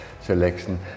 selection